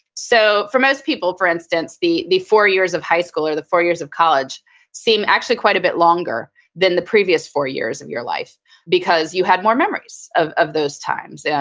so for most people, for instance, the the four years of high school or the four years of college seem actually quite a bit longer than the previous four years of your life because you had more memories of of those times. yeah